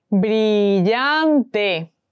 Brillante